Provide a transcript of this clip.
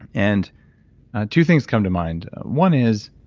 and two things come to mind. one is,